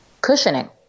cushioning